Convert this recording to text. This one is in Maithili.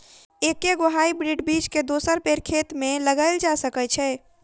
एके गो हाइब्रिड बीज केँ दोसर बेर खेत मे लगैल जा सकय छै?